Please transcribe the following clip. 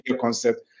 concept